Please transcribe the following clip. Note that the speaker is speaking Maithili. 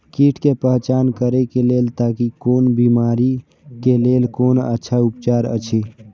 कीट के पहचान करे के लेल ताकि कोन बिमारी के लेल कोन अच्छा उपचार अछि?